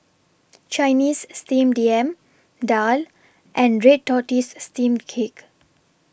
Chinese Steamed Yam Daal and Red Tortoise Steamed Cake